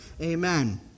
Amen